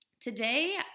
today